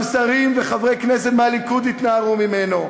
גם שרים וחברי כנסת מהליכוד התנערו ממנו.